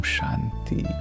Shanti